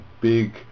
big